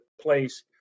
place